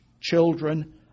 children